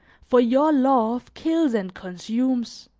for your love kills and consumes